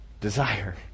desire